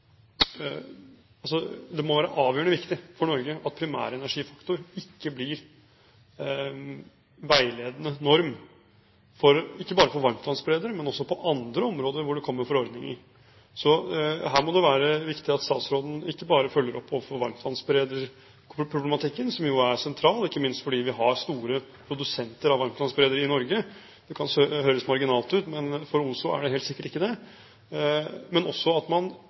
det må være avgjørende viktig for Norge at primærenergifaktor ikke blir veiledende norm, ikke bare for varmtvannsberedere, men også på andre områder hvor det kommer forordninger. Her må det være viktig at statsråden ikke bare følger opp overfor varmtvannsberederproblematikken, som jo er sentral, ikke minst fordi vi har store produsenter av varmtvannsberedere i Norge – det kan høres marginalt ut, men for OSO er det helt sikkert ikke det – men også at man